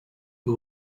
who